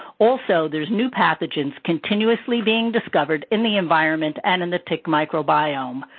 also, there are new pathogens continuously being discovered in the environment and in the tick microbiome.